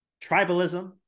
tribalism